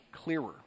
Clearer